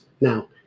Now